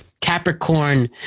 Capricorn